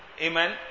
Amen